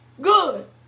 Good